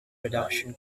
production